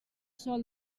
sol